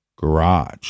garage